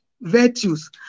virtues